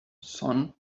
son